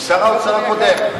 עם שר האוצר הקודם,